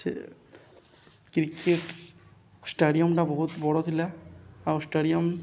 ସେ କ୍ରିକେଟ୍ ଷ୍ଟାଡ଼ିୟମ୍ଟା ବହୁତ ବଡ଼ ଥିଲା ଆଉ ଷ୍ଟାଡ଼ିୟମ୍